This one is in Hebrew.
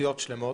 אוכלוסיות שונות.